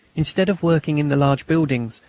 instead of working in the large buildings,